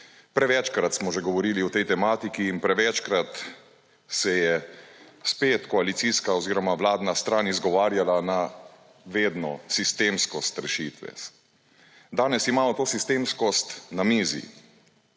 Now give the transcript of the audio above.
Prevečkrat smo že govorili o tej tematiki in prevečkrat se je spet koalicijska oziroma vladna stran izgovarjala na vedno sistemskost rešitve. Danes imamo to sistemskost na mizi.